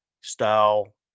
style